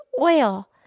oil